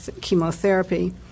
chemotherapy